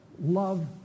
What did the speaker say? love